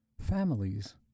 Families